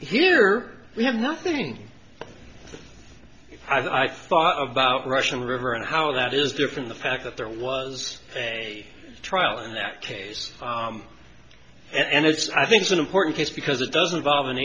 here we have nothing i thought about russian river and how that is different the fact that there was a trial and that case and it's i think it's an important case because it doesn't solve an